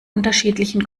unterschiedlichen